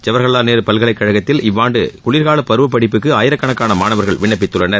ஜவஹர்லால் நேரு பல்கலைக்கழகத்தில் இவ்வாண்டு குளிர்கால பருவ படிப்புக்கு ஆயிரக்கணக்கான மாணவர்கள் விண்ணப்பித்துள்ளனர்